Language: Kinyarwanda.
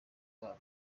rwabo